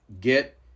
get